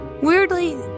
Weirdly